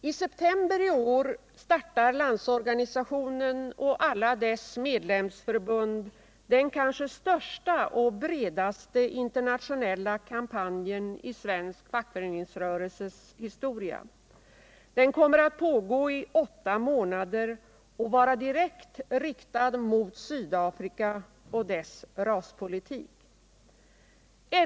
I september i år startar Landsorganisationen och alla dess medlemsförbund den kanske största och bredaste internationella kampanjen i svensk fackföreningsrörelses historia. Den kommer att pågå i åtta månader och vara direkt riktad mot Sydafrika och dess raspolitik.